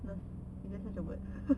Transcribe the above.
no is there such a word